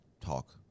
talk